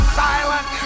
silent